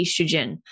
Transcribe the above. estrogen